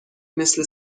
مثل